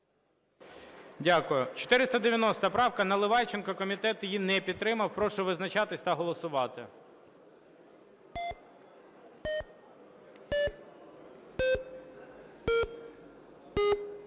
Дякую. 490 правка Наливайченка. Комітет її не підтримав. Прошу визначатися та голосувати.